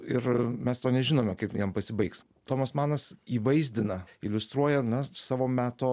ir mes to nežinome kaip jam pasibaigs tomas manas įvaizdina iliustruoja na savo meto